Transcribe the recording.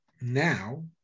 now